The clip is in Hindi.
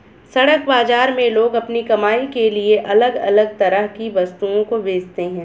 सड़क बाजार में लोग अपनी कमाई के लिए अलग अलग तरह की वस्तुओं को बेचते है